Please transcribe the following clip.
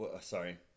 sorry